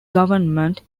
government